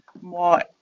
more